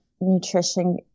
nutrition